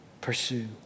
pursue